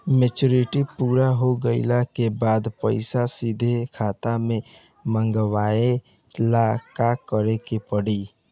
Maturity पूरा हो गइला के बाद पईसा सीधे खाता में मँगवाए ला का करे के पड़ी?